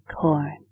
corn